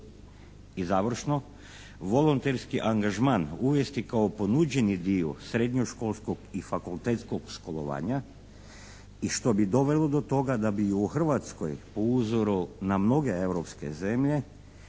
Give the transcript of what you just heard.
I završno, volonterski angažman uvesti kao ponuđeni dio srednjoškolskog i fakultetskog školovanja i što bi dovelo do toga da bi u Hrvatskoj po uzoru na mnoge europske zemlje